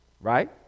right